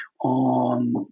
on